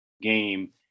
game